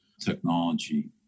technology